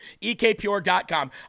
EKPure.com